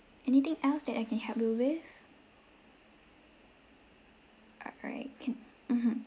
anything else that I can help you with alright can mmhmm